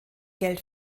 geld